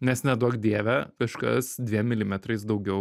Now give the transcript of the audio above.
nes neduok dieve kažkas dviem milimetrais daugiau